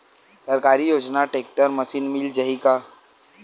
सरकारी योजना tractor machine मिल जाही का?